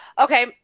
Okay